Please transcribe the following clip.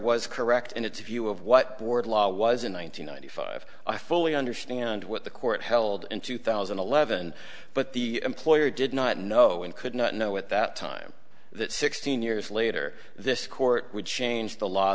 was correct and it's a view of what board law was in one thousand nine hundred five i fully understand what the court held in two thousand and eleven but the employer did not know and could not know at that time that sixteen years later this court would change the law